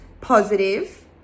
positive